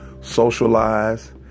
socialize